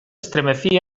estremecía